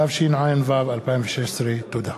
התשע"ו 2016. תודה.